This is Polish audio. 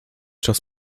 czas